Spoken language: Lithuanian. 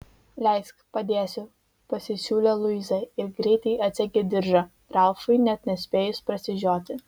leisk padėsiu pasisiūlė luiza ir greitai atsegė diržą ralfui net nespėjus prasižioti